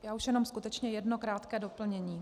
Já už jenom skutečně jedno krátké doplnění.